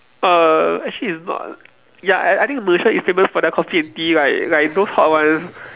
uh actually it's not ya I I think Malaysia is famous for their coffee and tea like like those hot ones